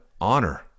honor